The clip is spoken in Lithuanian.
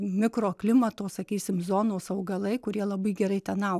mikroklimato sakysim zonos augalai kurie labai gerai ten au